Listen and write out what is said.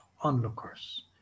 onlookers